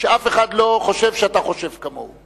שאף אחד לא חושב שאתה חושב כמוהו.